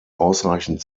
ausreichend